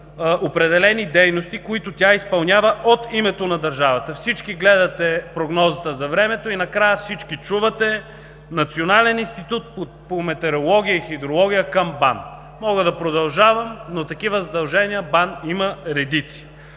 определени дейности, които тя изпълнява от името на държавата. Всички гледате прогнозата за времето и накрая всички чувате „Национален институт по метеорология и хидрология към БАН“. Мога да продължавам, но такива задължения БАН има редици.